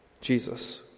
Jesus